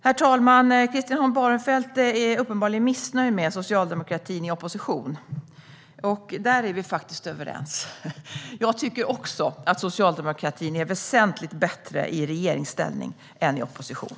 Herr talman! Christian Holm Barenfeld är uppenbarligen missnöjd med socialdemokratin i opposition. Där är vi faktiskt överens; jag tycker också att socialdemokratin är väsentligt bättre i regeringsställning än i opposition.